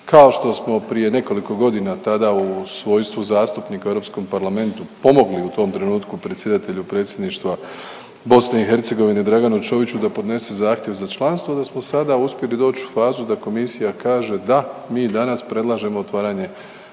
kao što smo prije nekoliko godina tada u svojstvu zastupnika u Europskom parlamentu pomogli u tom trenutku predsjedatelju predsjedništva BiH Draganu Čoviću da podnese zahtjev za članstvo, da smo sada uspjeli doć u fazu da Komisija kaže da mi danas predlažemo otvaranje